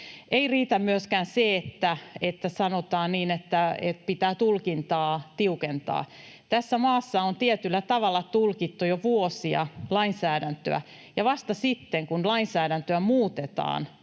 Ei riitä myöskään se, että sanotaan, että pitää tiukentaa tulkintaa. Tässä maassa on tietyllä tavalla tulkittu jo vuosia lainsäädäntöä, ja vasta sitten, kun lainsäädäntöä muutetaan,